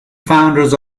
founders